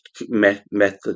method